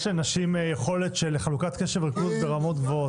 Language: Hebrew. יש לנשים עם יכולת של חלוקת קשב ברמות גבוהות.